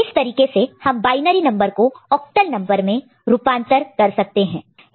इस तरीके से हम बायनरी नंबर को ऑक्टल नंबर में रूपांतर कन्वर्ट convert कर सकते हैं